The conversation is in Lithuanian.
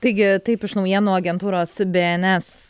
taigi taip iš naujienų agentūros bėenes